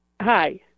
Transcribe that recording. Hi